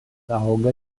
auga